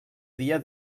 dia